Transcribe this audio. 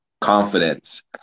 confidence